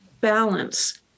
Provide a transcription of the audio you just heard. balance